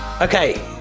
okay